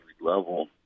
level